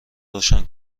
روشن